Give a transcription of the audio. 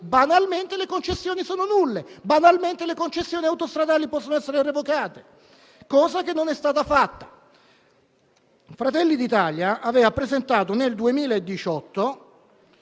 banalmente le concessioni sono nulle; banalmente, le concessioni autostradali possono essere revocate, cosa che non è stata fatta. Fratelli d'Italia aveva presentato, nel 2018,